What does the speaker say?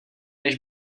než